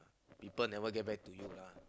people never get back to you lah